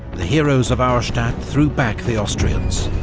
the heroes of auerstadt threw back the austrians,